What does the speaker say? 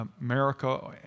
America